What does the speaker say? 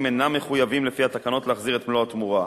אינם מחויבים לפי התקנות להחזיר את מלוא התמורה,